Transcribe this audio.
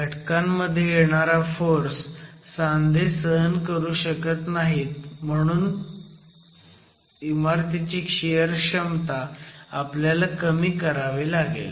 घटकांमध्ये येणारा फोर्स सांधे सहन करू शकत नाहीत म्हणून इमारतीची शियर क्षमता आपल्याला कमी करावी लागेल